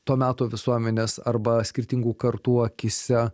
to meto visuomenės arba skirtingų kartų akyse